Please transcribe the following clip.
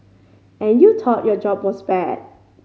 and you thought your job was bad